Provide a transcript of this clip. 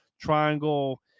triangle